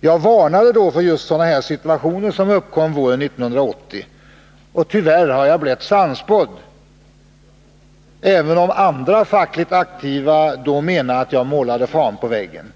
Jag varnade då för just sådana situationer som uppkom våren 1980. Tyvärr har jag blivit sannspådd, även om andra fackligt aktiva då menade att jag ”målade fan på väggen”.